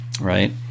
right